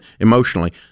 emotionally